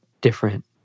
different